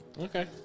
Okay